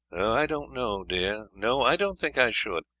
i don't know, dear no, i don't think i should.